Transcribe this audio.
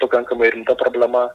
pakankamai rimta problema